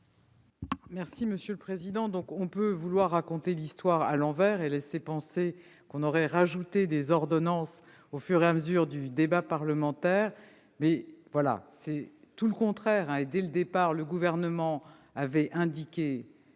du Gouvernement ? On peut raconter l'histoire à l'envers et laisser penser qu'on a ajouté des ordonnances au fur et à mesure du débat parlementaire. En réalité, c'est tout le contraire. Dès le départ, le Gouvernement avait indiqué